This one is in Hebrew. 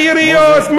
היריות,